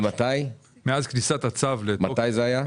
מתי זה היה?